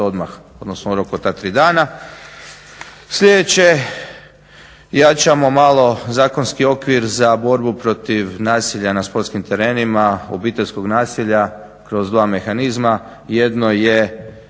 odmah, odnosno u roku od ta tri dana. Sljedeće jačamo malo zakonski okvir za borbu protiv nasilja na sportskim terenima, obiteljskog nasilja kroz dva mehanizma. Jedno je